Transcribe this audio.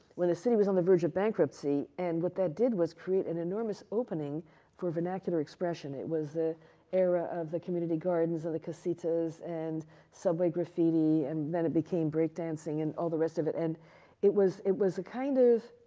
when the city was on the verge of bankruptcy. and what that did was create an enormous opening for vernacular expression. it was the era of the community gardens and the cities, and subway graffiti, and then it became breakdancing and all the rest of it. and it was, it was a kind of,